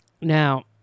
Now